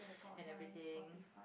and everything